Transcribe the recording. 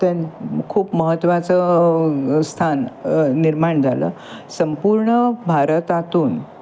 त्या खूप महत्त्वाचं स्थान निर्माण झालं संपूर्ण भारतातून